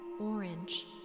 orange